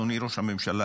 אדוני ראש הממשלה,